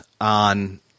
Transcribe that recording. on